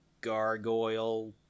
gargoyle